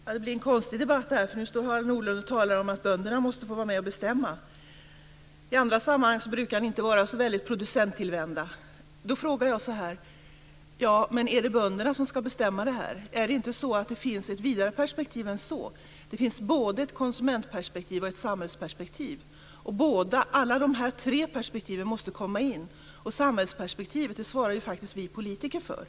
Fru talman! Det här blir en konstig debatt, eftersom Harald Nordlund nu står och talar om att bönderna måste få vara med och bestämma. I andra sammanhang brukar han inte vara så väldigt producenttillvänd. Då frågar jag: Är det bönderna som ska bestämma detta? Finns det inte ett vidare perspektiv än så? Det finns även ett konsumentperspektiv och ett samhällsperspektiv. Alla dessa tre perspektiv måste komma in. Och samhällsperspektivet svarar ju faktiskt vi politiker för.